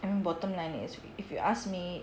I mean bottom line is if you ask me